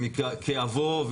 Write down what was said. וכאבו,